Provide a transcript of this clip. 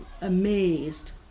amazed